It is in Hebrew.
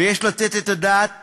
ויש לתת את הדעת